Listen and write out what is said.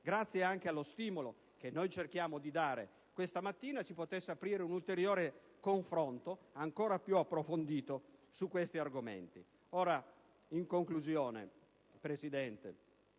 grazie anche allo stimolo che cerchiamo di dare questa mattina, si potesse aprire un ulteriore confronto, ancora più approfondito, su questi argomenti.